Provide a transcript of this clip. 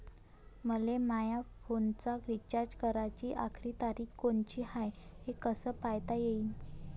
मले माया फोनचा रिचार्ज कराची आखरी तारीख कोनची हाय, हे कस पायता येईन?